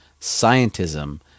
scientism